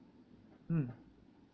mm